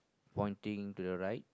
pointing to the right